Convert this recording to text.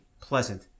pleasant